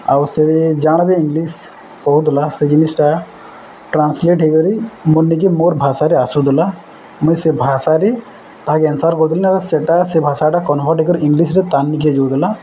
ଆଉ ସେ ଜାଣ ବି ଇଂଲିଶ କହୁଥିଲା ସେ ଜିନିଷଟା ଟ୍ରାନ୍ସଲେଟ୍ ହୋଇକରି ମୋର୍ ନିକେ ମୋର୍ ଭାଷାରେ ଆସୁଥୁଲା ମୁଇଁ ସେ ଭାଷାରେ ତାହାକେ ଆନ୍ସର୍ କରିଦେଉଥିଲି ସେଟା ସେ ଭାଷାଟା କନଭର୍ଟ ହୋଇକି ଇଂଲିଶ୍ରେ ହୋଇଯାଉଥିଲା